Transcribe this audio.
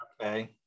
okay